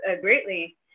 greatly